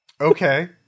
Okay